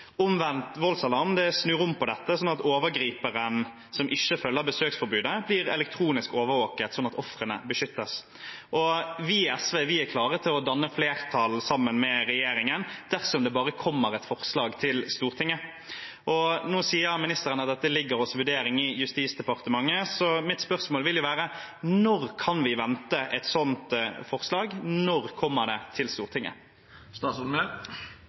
Omvendt voldsalarm snur om på dette, sånn at overgriperen som ikke følger besøksforbudet, blir elektronisk overvåket sånn at ofrene beskyttes. Vi i SV er klare til å danne flertall sammen med regjeringen dersom det bare kommer et forslag til Stortinget. Nå sier ministeren at dette ligger til vurdering i Justisdepartementet, så mitt spørsmål vil være: Når kan vi vente et sånt forslag – når kommer det til